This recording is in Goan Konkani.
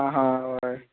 हां हां होय